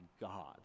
God